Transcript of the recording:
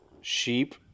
sheep